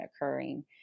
occurring